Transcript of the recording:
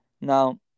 now